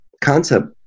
concept